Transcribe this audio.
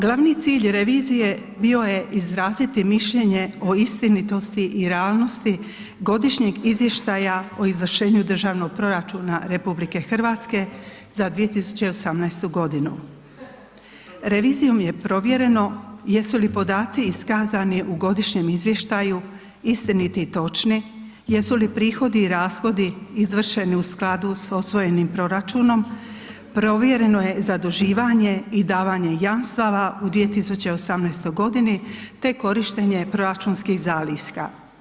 Glavni cilj revizije bio je izraziti mišljenje o istinitosti i realnosti godišnjeg izvještaja o izvršenju državnog proračuna RH za 2018.g. Revizijom je provjereno jesu li podaci iskazani u godišnjem izvještaju istiniti i točni, jesu li prihodi i rashodi izvršeni u skladu s osvojenim proračunom, provjereno je zaduživanje i davanje jamstava u 2018.g., te korištenje proračunskih zaliska.